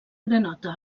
granota